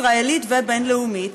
ישראלית ובין-לאומית,